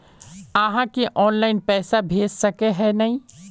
आहाँ के ऑनलाइन पैसा भेज सके है नय?